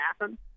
happen